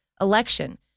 election